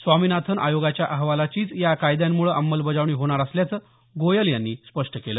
स्वामीनाथन आयोगाच्या अहवालाचीच या कायद्यांमुळे अंमलबजावणी होणार असल्याचं गोयल यांनी स्पष्ट केलं